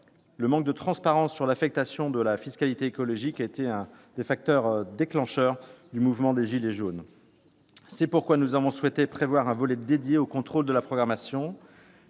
Le manque de transparence sur l'affectation de la fiscalité écologique a été l'un des facteurs déclencheurs du mouvement des « gilets jaunes ». Nous avons donc souhaité prévoir un volet dédié au contrôle de la programmation.